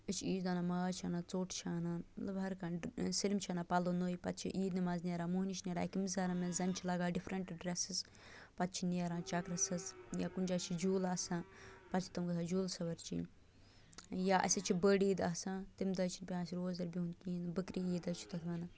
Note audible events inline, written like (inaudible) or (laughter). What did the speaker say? أسۍ چھِ عیز اَنان ماز چھِ اَنان ژوٚٹ چھِ اَنان مطلب ہر کانٛہہ (unintelligible) سٲلِم چھِ اَنان پَلو نٔے پَتہٕ چھِ عید نٮ۪مازِ نیران مۄہنی چھِ نیران (unintelligible) قمیض یزارَن منٛز زَنہِ چھِ لَگان ڈِفرَنٛٹ ڈرٛٮ۪سِز پَتہٕ چھِ نیران چَکرَس حظ یا کُنہِ جایہِ چھِ جوٗلہٕ آسان پَتہٕ چھِ تِم گژھان جوٗلہٕ سوٲری چیٚنہِ یا اَسہِ حظ چھِ بٔڑ عید آسان تَمہِ دۄہ حظ چھِنہٕ پٮ۪وان اَسہِ روزدَر بیٚہُن کِہیٖنۍ بٔکری عید حظ چھِ تَتھ وَنان